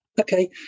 Okay